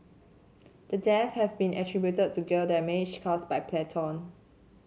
the deaths have been attributed to gill damage caused by plankton